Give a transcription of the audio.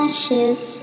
Ashes